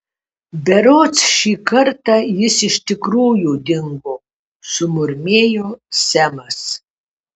berods šį kartą jis iš tikrųjų dingo sumurmėjo semas